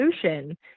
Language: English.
solution